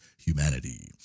humanity